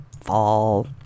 fall